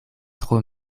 tro